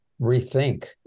rethink